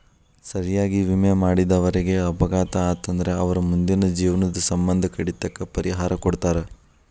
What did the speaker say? ಸರಿಯಾಗಿ ವಿಮೆ ಮಾಡಿದವರೇಗ ಅಪಘಾತ ಆತಂದ್ರ ಅವರ್ ಮುಂದಿನ ಜೇವ್ನದ್ ಸಮ್ಮಂದ ಕಡಿತಕ್ಕ ಪರಿಹಾರಾ ಕೊಡ್ತಾರ್